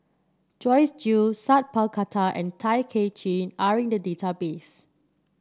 Joyce Jue Sat Pal Khattar and Tay Kay Chin are in the database